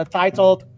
titled